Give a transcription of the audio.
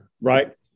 right